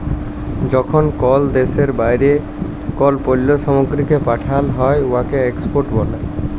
যখল কল দ্যাশের বাইরে কল পল্ল্য সামগ্রীকে পাঠাল হ্যয় উয়াকে এক্সপর্ট ব্যলে